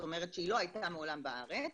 והיא מעולם לא הייתה בארץ,